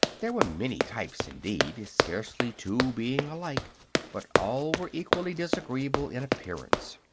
there were many types, indeed, scarcely two being alike but all were equally disagreeable in appearance.